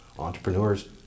entrepreneurs